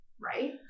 right